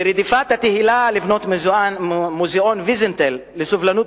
ורדיפת התהילה לבנות מוזיאון ויזנטל לסובלנות